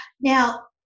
now